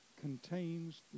contains